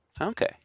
Okay